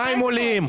המים עולים,